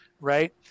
right